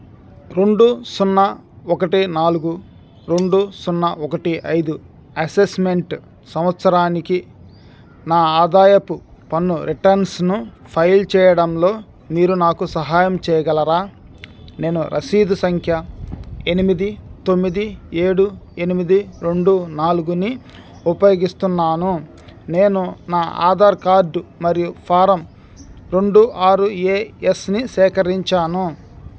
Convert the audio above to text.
రెండు సున్నా ఒకటి నాలుగు రెండు సున్నా ఒకటి ఐదు అసెస్మెంట్ సంవత్సరానికి నా ఆదాయపు పన్ను రిటర్న్స్ను ఫైల్ చేయడంలో మీరు నాకు సహాయం చేయగలరా నేను రసీదు సంఖ్య ఎనిమిది తొమ్మిది ఏడు ఎనిమిది రెండు నాలుగుని ఉపయోగిస్తున్నాను నేను నా ఆధార్ కార్డ్ మరియు ఫారం రెండు ఆరు ఏ ఎస్ని సేకరించాను